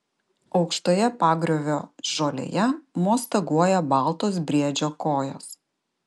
aukštoje pagriovio žolėje mostaguoja baltos briedžio kojos